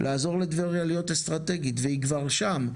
לעזור לטבריה להיות אסטרטגית, והיא כבר שם.